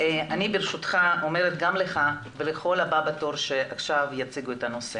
אני ברשותך אומרת גם לך ולכל הבא בתור שיציג את הנושא.